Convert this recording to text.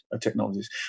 technologies